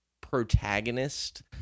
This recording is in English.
protagonist